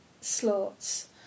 slots